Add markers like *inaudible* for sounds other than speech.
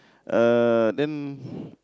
uh then *breath*